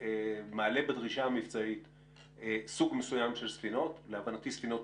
מעלה בדרישה המבצעית סוג מסוים של ספינות,